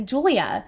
Julia